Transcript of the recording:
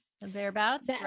Thereabouts